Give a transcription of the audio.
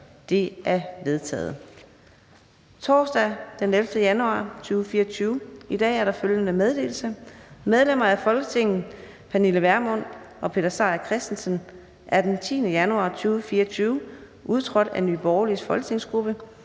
Fjerde næstformand (Karina Adsbøl): I dag er der følgende meddelelse: Medlemmer af Folketinget Pernille Vermund og Peter Seier Christensen er den 10. januar 2024 udtrådt af Nye Borgerliges folketingsgruppe